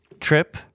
trip